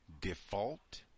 default